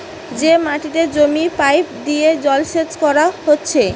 যে মাটিতে জমির পাইপ দিয়ে জলসেচ কোরা হচ্ছে